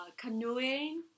canoeing